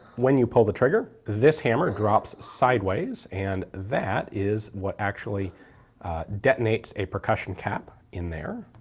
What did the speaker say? when you pull the trigger this hammer drops sideways and that is what actually detonates a percussion cap in there,